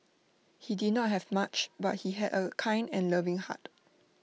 he did not have much but he had A kind and loving heart